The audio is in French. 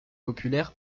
populaires